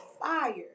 fire